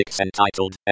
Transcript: entitled